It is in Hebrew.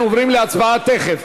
אנחנו עוברים להצבעה תכף.